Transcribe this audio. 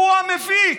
הוא המפיק.